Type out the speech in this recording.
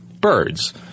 birds